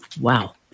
Wow